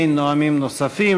אין נואמים נוספים.